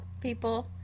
people